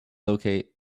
locate